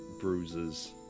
bruises